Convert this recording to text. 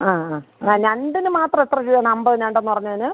ആ അ അ ഞണ്ടിന് മാത്രം എത്ര രൂപയാണ് അമ്പത് ഞണ്ട് എന്ന് പറഞ്ഞേന്